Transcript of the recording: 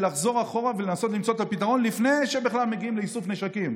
לחזור אחורה ולנסות למצוא את הפתרון לפני שבכלל מגיעים לאיסוף נשקים.